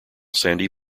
sandy